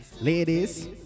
ladies